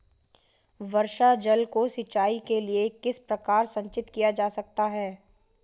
वर्षा जल को सिंचाई के लिए किस प्रकार संचित किया जा सकता है?